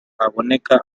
haboneka